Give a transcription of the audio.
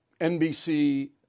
NBC